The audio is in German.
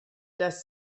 das